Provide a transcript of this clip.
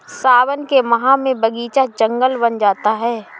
सावन के माह में बगीचा जंगल बन जाता है